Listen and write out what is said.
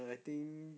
I think